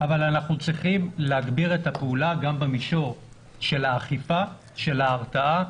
אבל אנחנו צריכים להגדיר את הפעולה גם במישור של האכיפה ושל ההרתעה.